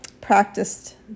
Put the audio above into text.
practiced